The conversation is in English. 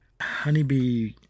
Honeybee